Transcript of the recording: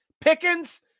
Pickens